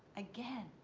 again!